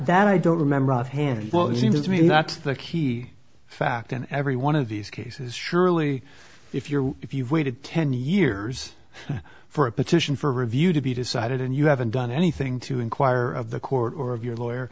at i don't remember offhand but seems to me that's the key fact in every one of these cases surely if you're if you've waited ten years for a petition for review to be decided and you haven't done anything to inquire of the court or of your lawyer